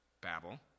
Babel